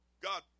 God